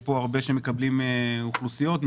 פה הרבה שמקבלים אוכלוסיות,